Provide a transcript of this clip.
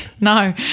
No